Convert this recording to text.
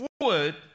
forward